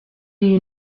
you